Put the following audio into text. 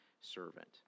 servant